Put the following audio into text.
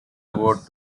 vote